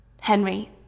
Henry